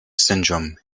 syndrome